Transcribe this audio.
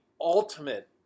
ultimate